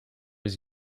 his